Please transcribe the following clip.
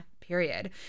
Period